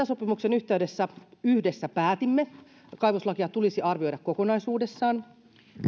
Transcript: sopimuksen yhteydessä yhdessä päätimme kaivoslakia tulisi arvioida kokonaisuudessaan